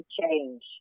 change